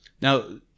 Now